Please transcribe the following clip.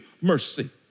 mercy